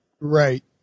Right